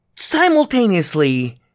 Simultaneously